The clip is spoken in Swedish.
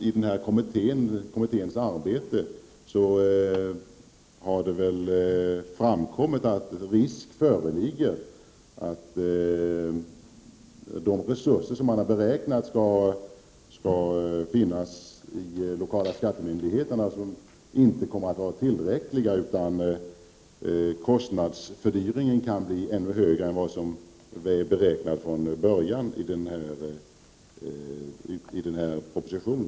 I kommitténs arbete har det väl framkommit att risk föreligger att de resurser som enligt beräkningarna skall finnas i de lokala skattemyndigheterna inte kommer att vara tillräckliga. Kostnadsfördyringen kan bli ännu större än vad som beräknats från början i propositionen.